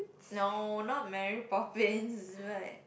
no not Mary-Poppins but